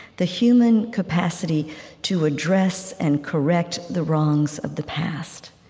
the human capacity to address and correct the wrongs of the past.